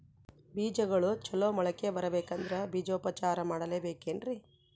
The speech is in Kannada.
ಬೇಜಗಳು ಚಲೋ ಮೊಳಕೆ ಬರಬೇಕಂದ್ರೆ ಬೇಜೋಪಚಾರ ಮಾಡಲೆಬೇಕೆನ್ರಿ?